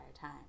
time